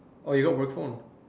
oh you got work phone